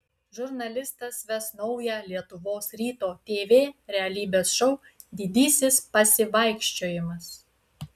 žurnalistas ves naują lietuvos ryto tv realybės šou didysis pasivaikščiojimas